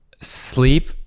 sleep